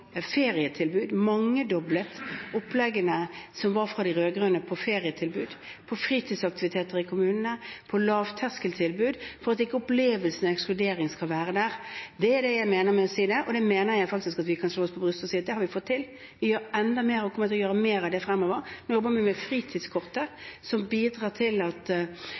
ferietilbud, mangedoblet oppleggene som var fra de rød-grønne på ferietilbud, på fritidsaktiviteter i kommunene, på lavterskeltilbud, for at ikke opplevelsen av ekskludering skal være der. Det er det jeg mener med å si det, og der mener jeg faktisk at vi kan slå oss på brystet og si at det har vi fått til. Vi gjør enda mer og kommer til å gjøre mer av det fremover. Nå jobber vi med fritidskortet, som bidrar til at